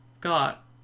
got